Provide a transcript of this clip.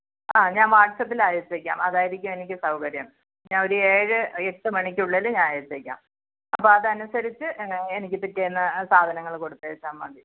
ആ ഞാൻ വാട്സാപ്പിൽ അയച്ചേക്കാം അതായിരിക്കും എനിക്ക് സൗകര്യം ഞാൻ ഒരു ഏഴ് ഏട്ട് മണിക്കുള്ളിൽ ഞാൻ അയച്ചേക്കാം അപ്പം അതനുസരിച്ച് എനിക്ക് പിറ്റേന്ന് സാധനങ്ങൾ കൊടുത്തയച്ചാൽ മതി